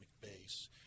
base